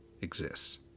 exists